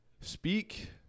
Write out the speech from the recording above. speak